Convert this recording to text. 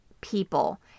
people